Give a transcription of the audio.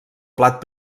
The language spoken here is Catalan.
plat